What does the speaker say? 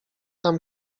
tam